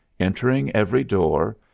entering every door,